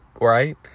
right